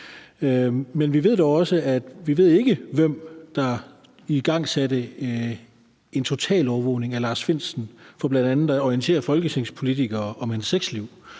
her. Vi ved ikke, hvem der igangsatte en totalovervågning af Lars Findsen, så man bl.a. kunne orientere folketingspolitikere om hans sexliv.